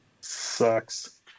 Sucks